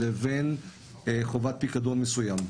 לבין חובת פיקדון מסוים.